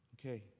Okay